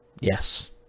Yes